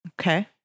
Okay